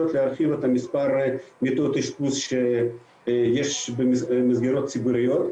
להרחיב את מספר מיטות האשפוז שיש במסגרות ציבוריות,